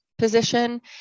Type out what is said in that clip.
position